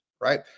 right